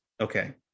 Okay